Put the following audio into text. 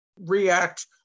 react